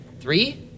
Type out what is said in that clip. Three